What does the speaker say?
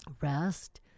rest